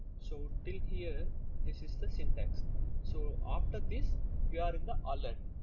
so till here this is the syntax so after this you are in the alert.